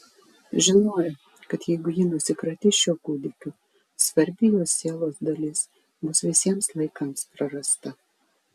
žinojo kad jeigu ji nusikratys šiuo kūdikiu svarbi jos sielos dalis bus visiems laikams prarasta